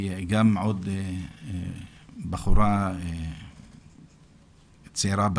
היא בחורה צעירה,